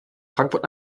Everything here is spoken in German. frankfurt